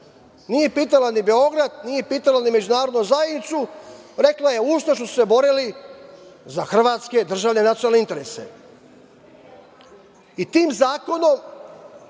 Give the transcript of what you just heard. nije pitala ni Beograd, nije pitala ni međunarodnu zajednicu, rekla je – ustaše su se borile za hrvatske državne nacionalne interese. Tim zakonom,